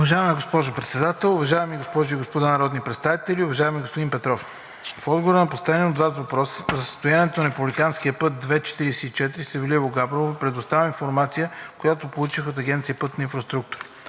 Уважаема госпожо Председател, уважаеми госпожи и господа народни представители! Уважаеми господин Петров, в отговор на поставения от Вас въпрос за състоянието на републикански път II-44 Севлиево – Габрово предоставям информация, която получих от Агенция „Пътна инфраструктура“.